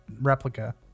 replica